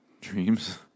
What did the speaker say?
Dreams